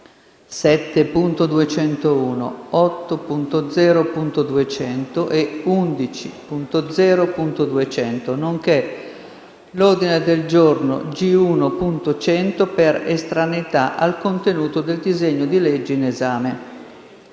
7.201, 8.0.200 e 11.0.200, nonché l'ordine del giorno G1.100 per estraneità al contenuto del disegno di legge in esame.